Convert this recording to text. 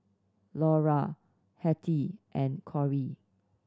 Laura Hetty and Cory